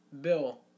Bill